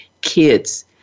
kids